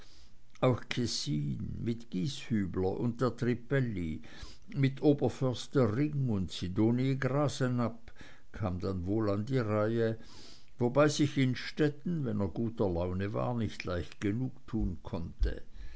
auch kessin mit gieshübler und der trippelli oberförster ring und sidonie grasenabb kam dann wohl an die reihe wobei sich innstetten wenn er guter laune war nicht leicht genugtun konnte